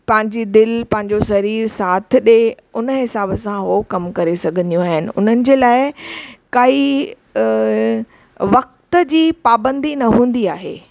पंहिंजी दिलि पंहिंजो शरीर साथ ॾिए हुन जे हिसाब सां उहो कमु करे सघंदियूं आहिनि उन्हनि जे लाइ काई वक़्त जी पाबंदी न हूंदी आहे